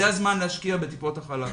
זה הזמן להשקיע בטיפות החלב.